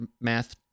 math